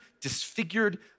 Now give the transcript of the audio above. disfigured